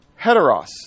Heteros